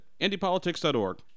IndyPolitics.org